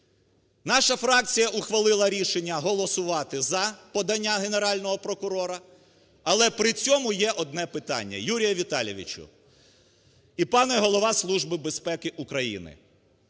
Наша фракція ухвалила рішення голосувати за подання Генерального прокурора, але при цьому є одне питання. Юрію Віталійовичу і пане Голова Служби безпеки України,